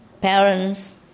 parents